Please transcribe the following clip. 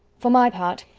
for my part,